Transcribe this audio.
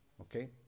Okay